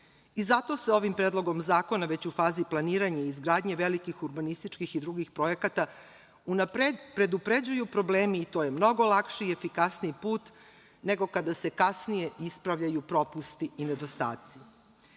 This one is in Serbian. lek. Zato se ovim predlogom zakona već u fazi planiranja i izgradnje velikih urbanističkih i drugih projekata predupređuju problemi i to je mnogo lakši i efikasniji put nego kada se kasnije ispravljaju propusti i nedostaci. Tako